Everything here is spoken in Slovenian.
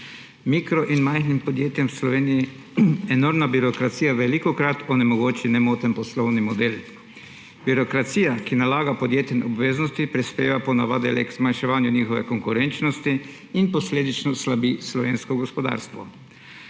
Mikro- in majhnim podjetjem v Sloveniji enormna birokracija velikokrat onemogoči nemoten poslovni model. Birokracija, ki nalaga podjetjem obveznosti, prispeva ponavadi le k zmanjševanju njihove konkurenčnosti in posledično slabi slovensko gospodarstvo.